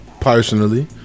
Personally